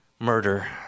murder